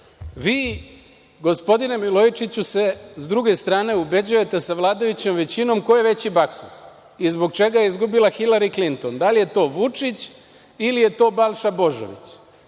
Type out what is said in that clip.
umirujete. Gospodine Milojičiću, vi se sa druge strane ubeđujete sa vladajućom većinom koje veći baksuz i zbog čega je izgubila Hilari Klinton, da li je to Vučić ili je to Balša Božović.